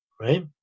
Right